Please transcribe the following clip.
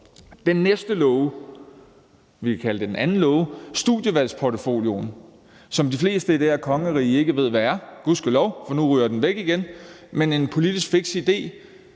tungest over de unges hoveder. Den anden låge er studievalgsportfolioen, som de fleste i det her kongerige ikke ved hvad er – gudskelov, for nu ryger den væk igen. Det var en politisk fiks idé